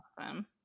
awesome